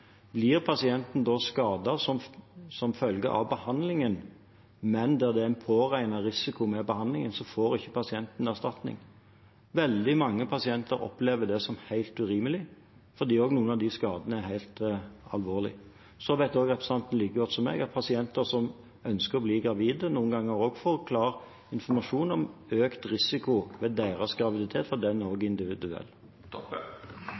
pasienten er kvinne eller mann. Lider pasienten skade som følge av behandlingen, men der det er en påregnet risiko ved behandlingen, får ikke pasienten erstatning. Veldig mange pasienter opplever det som helt urimelig, fordi også noen av de skadene er alvorlige. Representanten vet også like godt som meg at pasienter som ønsker å bli gravide, noen ganger også får klar informasjon om økt risiko ved deres graviditet, for den